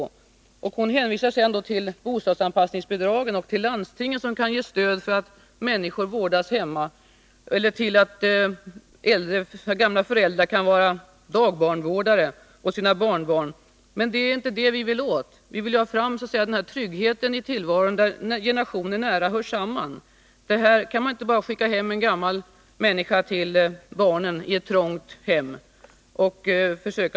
Bostadsministern hänvisar sedan till bostadsanpassningsbidragen och till landstingen som kan ge stöd för att människor vårdas hemma eller för att gamla föräldrar är dagbarnsvårdare åt sina barnbarn. Men det är inte detta vi vill åstadkomma. Vi vill ha fram tryggheten i tillvaron, där generationerna hör nära samman. Det vi vill åstadkomma uppnår man inte genom att bara skicka hem en gammal människa till barnen i ett trångt hem.